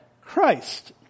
Christ